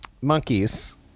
Monkeys